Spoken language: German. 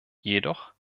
jedoch